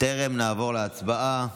טרם נעבור להצבעה,